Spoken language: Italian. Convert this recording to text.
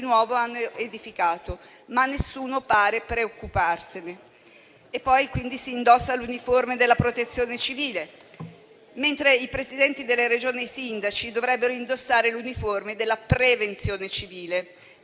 nuovo hanno edificato, ma nessuno pare preoccuparsene. Si indossal'uniforme della Protezione civile, mentre i Presidenti delle Regioni e i sindaci dovrebbero indossare l'uniforme della prevenzione civile